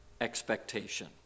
expectation